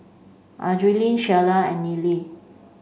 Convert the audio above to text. Adriene Shiela and Nealy